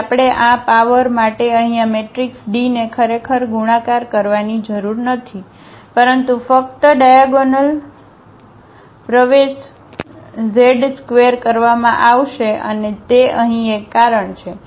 તેથી આપણે આ પાવર માટે અહીં આ મેટ્રિકિસ ડીને ખરેખર ગુણાકાર કરવાની જરૂર નથી પરંતુ ફક્ત ડાયાગોનલ પ્રવેશ જ ² કરવામાં આવશે અને તે અહીં એક કારણ છે